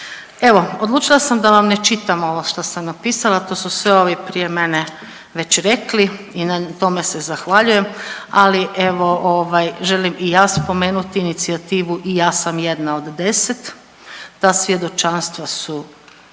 Evo odlučila sam da vam ne čitam ovo što sam napisala, to su sve ovi prije mene već rekli i na tome se zahvaljujem, ali evo ovaj želim i ja spomenuti Inicijativu – I ja sam 1. od 10., ta svjedočanstva su